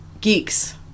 Geeks